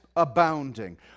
Abounding